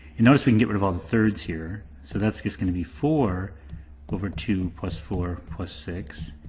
and notice we can get rid of all the thirds here. so that's just gonna be four over two plus four plus six,